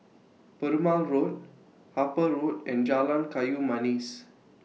Perumal Road Harper Road and Jalan Kayu Manis